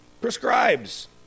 prescribes